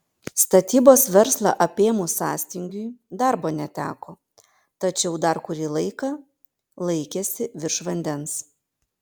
statybos verslą apėmus sąstingiui darbo neteko tačiau dar kurį laiką laikėsi virš vandens